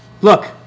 Look